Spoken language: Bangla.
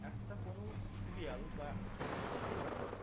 একটা কোনো সিরিয়াল বা কোনো সিনেমা